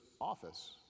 office